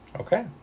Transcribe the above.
Okay